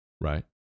Right